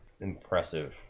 Impressive